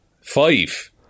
Five